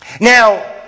Now